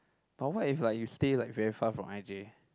but what if like you stay like very far away from i_j